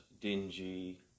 dingy